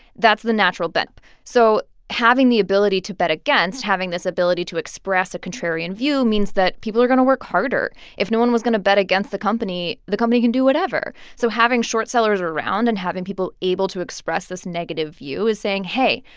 that's the natural bent so having the ability to bet against, having this ability to express a contrarian view, means that people are going to work harder. if no one was going to bet against the company, the company can do whatever. so having short sellers around and having people able to express this negative view is saying, hey,